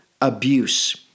abuse